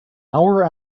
hour